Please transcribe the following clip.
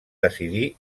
decidir